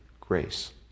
grace